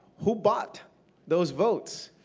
who bought those votes?